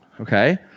okay